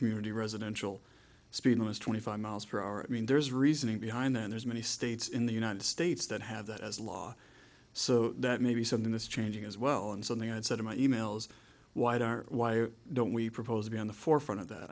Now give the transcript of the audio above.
community residential speed was twenty five miles per hour i mean there's reasoning behind that there's many states in the united states that have that as law so that maybe something this changing as well and something i've said in my e mails white are why don't we propose to be on the forefront of that